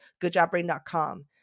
goodjobbrain.com